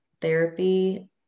therapy